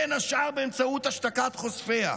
בין השאר באמצעות השתקת חושפיה.